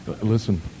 Listen